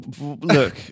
look